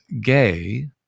gay